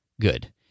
good